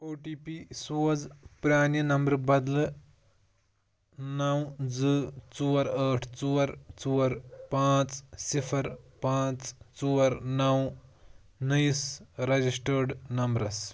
او T P سوز پرٛانہِ نمبرٕ بدلہٕ نَو زٕ ژور ٲٹھ ژور ژور پانٛژھ صِفر پانٛژھ ژور نَو نٔیِس رَجِسٹٲڈ نمبرَس